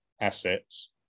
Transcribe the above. assets